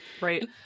right